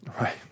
Right